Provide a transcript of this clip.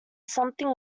something